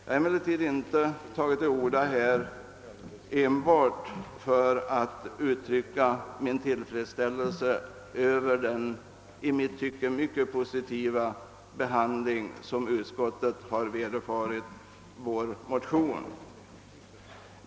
Jag har emellertid inte tagit till orda här enbart för att uttrycka min tillfredsställelse över den i mitt tycke mycket positiva behandlingen i utskottet av vår motion.